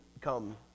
come